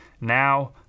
Now